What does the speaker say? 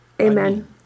Amen